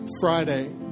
Friday